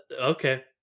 Okay